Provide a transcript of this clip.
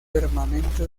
permanente